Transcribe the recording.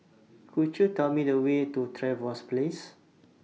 Could YOU Tell Me The Way to Trevose Place